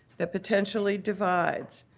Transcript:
that potentially divides,